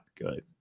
good